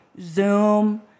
Zoom